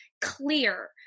clear